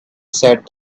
said